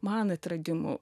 man atradimų